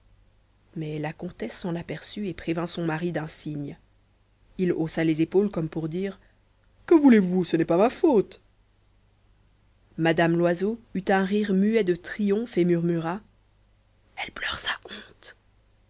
mais la comtesse s'en aperçut et prévint son mari d'un signe il haussa les épaules comme pour dire que voulez-vous ce n'est pas ma faute mme loiseau eut un rire muet de triomphe et murmura elle pleure sa honte